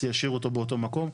זה ישאיר אותו באותו מקום.